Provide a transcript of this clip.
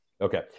Okay